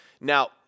Now